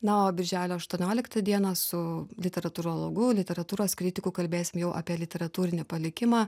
na o birželio aštuonioliktą dieną su literatūrologu literatūros kritiku kalbėsim jau apie literatūrinį palikimą